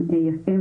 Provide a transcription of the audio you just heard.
אפשר גם לבקר.